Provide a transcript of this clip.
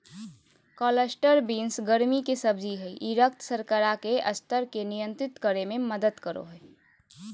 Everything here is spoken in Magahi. क्लस्टर बीन्स गर्मि के सब्जी हइ ई रक्त शर्करा के स्तर के नियंत्रित करे में मदद करो हइ